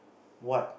what